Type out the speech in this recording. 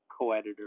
co-editor